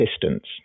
distance